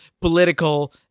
political